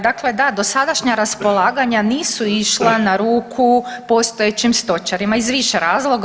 Dakle, da dosadašnja raspolaganja nisu išla na ruku postojećim stočarima iz više razloga.